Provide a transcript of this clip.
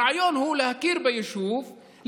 הרעיון הוא להכיר ביישוב,